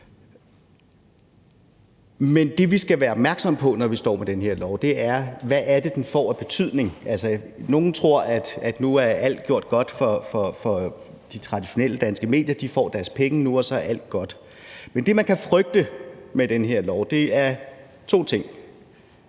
Men det, vi skal være opmærksomme på med den her lov, er, hvad den får af betydning. Altså, nogle tror, at nu er alt godt for de traditionelle danske medier; de får deres penge, og så er alt godt. Men det, som man kan frygte med denne lov, er to ting,